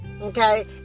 okay